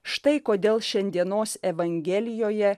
štai kodėl šiandienos evangelijoje